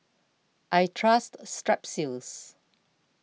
I trust Strepsils